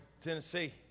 Tennessee